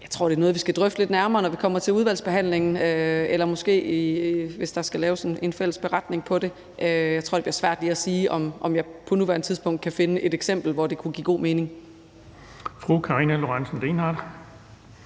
Jeg tror, det er noget, vi skal drøfte lidt nærmere, når vi kommer til udvalgsbehandlingen, hvor der måske skal laves en fælles beretning på det. Jeg tror, det bliver svært lige at sige, om jeg på nuværende tidspunkt kan finde et eksempel, hvor det kunne give god mening.